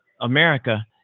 America